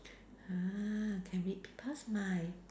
ah can read people's mind